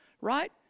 Right